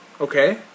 Okay